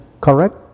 correct